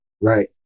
Right